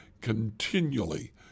continually